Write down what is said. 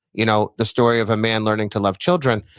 you know the story of a man learning to love children,